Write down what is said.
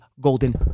golden